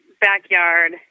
backyard